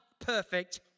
perfect